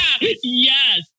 Yes